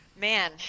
Man